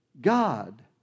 God